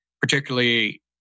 particularly